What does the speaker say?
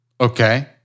Okay